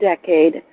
decade